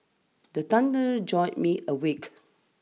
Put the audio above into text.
the thunder jolt me awake